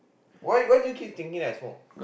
why why do you keep thinking I small